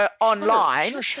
online